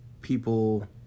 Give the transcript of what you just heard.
people